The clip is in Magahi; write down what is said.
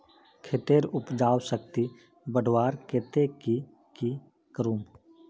खेतेर उपजाऊ शक्ति बढ़वार केते की की करूम?